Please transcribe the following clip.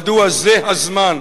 מדוע זה הזמן,